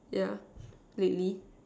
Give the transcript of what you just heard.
yeah really